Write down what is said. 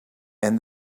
and